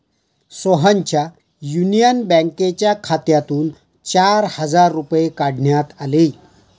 सोहनच्या युनियन बँकेच्या खात्यातून चार हजार रुपये काढण्यात आले